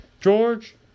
George